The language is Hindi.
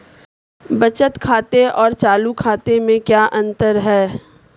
बचत खाते और चालू खाते में क्या अंतर है?